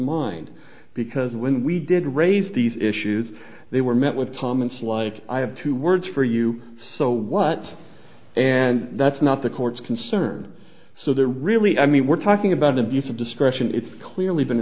mind because when we did raise these issues they were met with comments like i have two words for you so what and that's not the court's concern so there really i mean we're talking about abuse of discretion it's clearly been